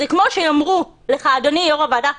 זה כמו שיאמרו לך: אדוני יושב-ראש הוועדה,